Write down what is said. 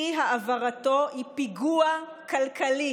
"אי-העברתו היא פיגוע כלכלי,